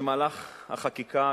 במהלך החקיקה,